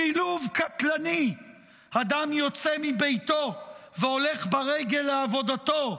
אדם יוצא מביתו והולך ברגל לעבודתו,